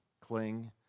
Cling